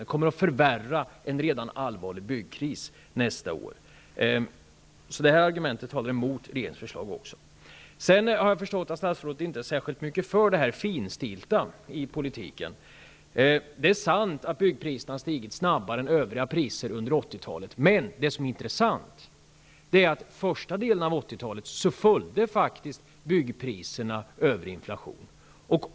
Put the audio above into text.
Det kommer att förvärra en redan allvarlig byggkris nästa år. Detta argument talar alltså emot regeringens förslag. Jag har förstått att statsrådet inte är så mycket för det finstilta i politiken. Det är sant att byggpriserna har stigit snabbare än övriga priser under 80-talet. Men det som är intressant är att byggpriserna under första delen av 80-talet följde övrig inflation.